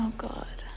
god.